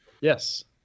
Yes